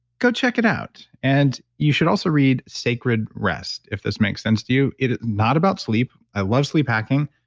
go check it out. and you should also read sacred rest if this makes sense to you. it's not about sleep. i love sleep hacking.